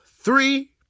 three